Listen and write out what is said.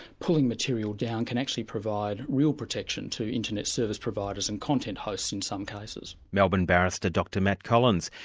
pulling material down can actually provide real protection to internet service providers and content hosts in some cases. melbourne barrister, dr matt collins.